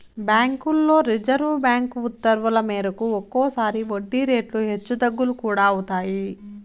బ్యాంకుల్లో reserve bank ఉత్తర్వుల మేరకు ఒక్కోసారి వడ్డీ రేట్లు హెచ్చు తగ్గులు కూడా అవుతాయి